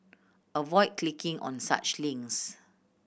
avoid clicking on such links